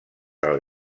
del